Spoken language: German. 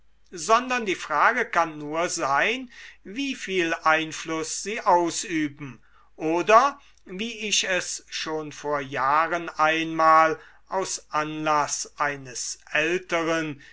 sondern die frage kann nur sein wie viel einfluß sie ausüben oder wie ich es schon vor jahren einmal aus anlaß eines älteren